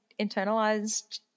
internalized